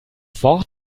wort